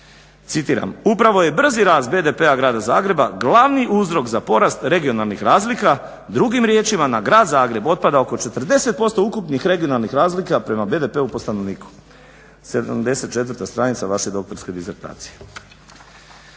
"Upravo je brzi rast BDP grada Zagreba glavni uzrok za porast regionalnih razlika. Drugim riječima na grad Zagreb otpada oko 40% ukupnih regionalnih razlika prema BDP po stanovniku", 74 stranica vaše doktorske disertacije.